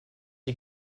ihr